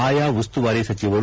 ಆಯಾ ಉಸ್ತುವಾಲಿ ಸಚಿವರು